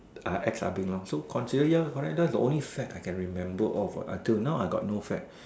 uh X clubbing lor so consider ya correct that's the only fad I can remember of what until now I got no fad